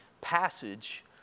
passage